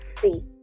face